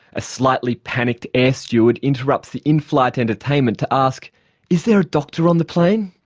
a slightly panicked air steward interrupts the in-flight entertainment to ask is there a doctor on the plane?